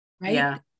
right